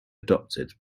adopted